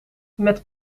met